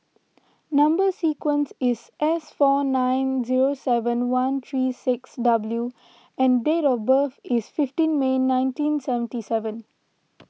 Number Sequence is S four nine seven zero one three six W and date of birth is fifteen May nineteen seventy seven